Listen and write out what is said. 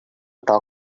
talk